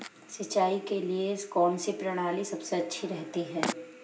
सिंचाई के लिए कौनसी प्रणाली सबसे अच्छी रहती है?